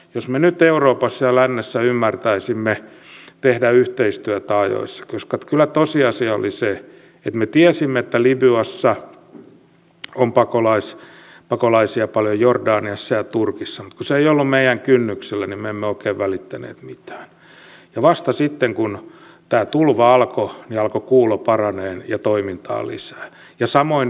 jospa me nyt euroopassa ja lännessä ymmärtäisimme tehdä yhteistyötä ajoissa koska kyllä tosiasia oli se että me tiesimme että libyassa jordaniassa ja turkissa on pakolaisia paljon mutta kun se ei ollut meidän kynnyksellämme niin me emme oikein välittäneet mitään ja vasta sitten kun tämä tulva alkoi niin alkoi kuulo paranemaan ja toimintaa tuli lisää